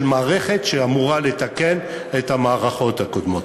מערכת שאמורה לתקן את המערכות הקודמות.